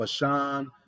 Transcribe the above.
Bashan